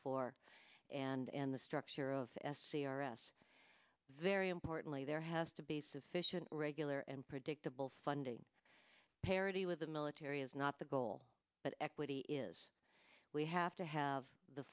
four and the structure of s c r s very importantly there has to be sufficient regular and predictable funding parity with the military is not the goal but equity is we have to have the